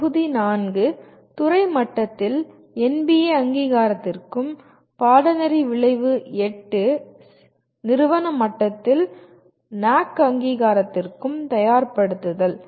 தொகுதி 4 துறை மட்டத்தில் NBA அங்கீகாரத்திற்கும் பாடநெறி விளைவு 8 நிறுவன மட்டத்தில் NAAC அங்கீகாரத்திற்கும் தயார் படுத்துதல்